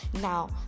now